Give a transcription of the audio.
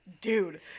Dude